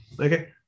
Okay